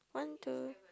one two